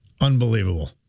Unbelievable